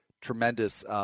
tremendous